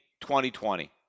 2020